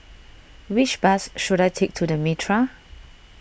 which bus should I take to the Mitraa